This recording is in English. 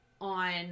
on